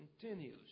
continues